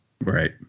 Right